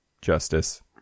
justice